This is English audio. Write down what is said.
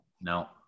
No